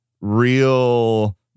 real